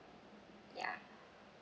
ya